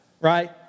right